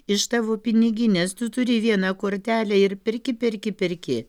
iš tavo piniginės tu turi vieną kortelę ir perki perki perki